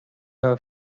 her